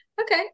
Okay